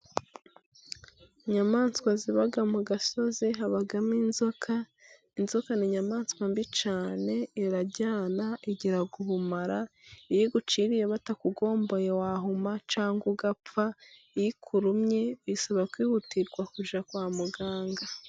Inyamaswa ziba mu gasozi, habamo inzoka. Inzoka ni inyamaswa mbi cyane, iraryana igira ubumara, iyo iguciriye batakugomboye, wahuma cyangwa ugapfa, iyo ikurumye bisaba kwihutira, kujya kwa muganga.